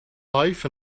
life